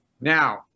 Now